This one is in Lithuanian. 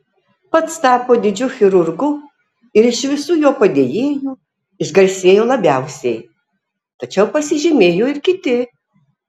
pats tapo didžiu chirurgu ir iš visų jo padėjėjų išgarsėjo labiausiai tačiau pasižymėjo ir kiti